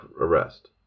arrest